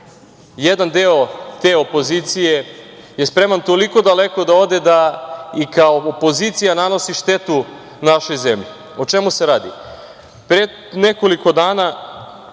jedan deo te opozicije je spreman toliko daleko da ode da i kao opozicija nanosi štetu našoj zemlji.O čemu se radi.